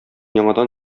яңадан